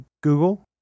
Google